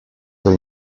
per